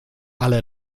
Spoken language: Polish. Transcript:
ale